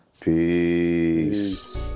Peace